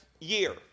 year